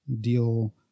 deal